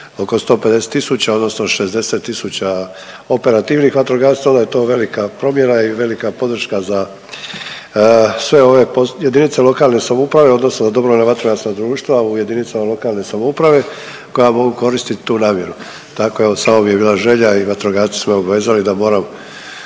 oko 150000 odnosno 60000 operativnih vatrogasaca, onda je to velika promjena i velika podrška za sve ove jedinice lokalne samouprave, odnosno za dobrovoljna vatrogasna društva u jedinicama lokalne samouprave koja mogu koristiti tu namjeru. Tako evo samo mi je bila želja i vatrogasci su me obvezali da moram